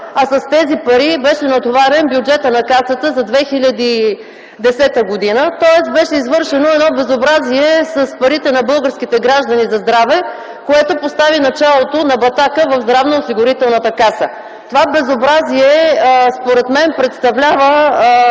а с тези пари беше натоварен бюджетът на Касата за 2010 г. Беше извършено едно безобразие с парите на българските граждани за здраве, което постави началото на батака в Здравноосигурителната каса. Това безобразие според мен представлява